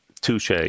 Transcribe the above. touche